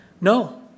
No